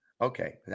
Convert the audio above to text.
Okay